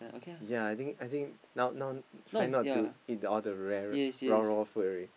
yea I think I think now now try not to eat the rare raw raw food already